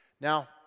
Now